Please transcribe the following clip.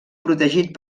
protegit